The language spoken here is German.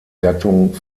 gattung